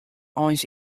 eins